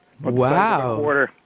Wow